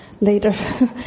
later